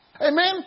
Amen